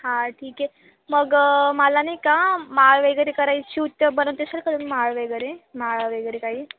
हा ठीक आहे मग मला नाही का माळ वगैरे करायची बनवत असेल का माळ वगैरे माळ वगैरे काही